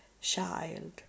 child